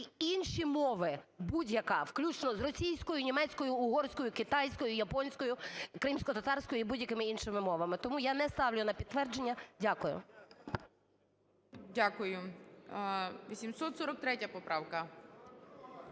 інші мови – будь-яка, включно з російською, німецькою, угорською, китайською, японською, кримськотатарською і будь-якими іншими мовами. Тому я не ставлю на підтвердження. Дякую. ГОЛОВУЮЧИЙ. Дякую. 843 поправка.